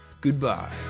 Goodbye